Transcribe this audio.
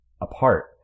apart